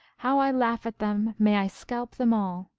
how i laugh at them! may i scalp them all!